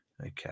okay